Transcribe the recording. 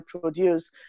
produce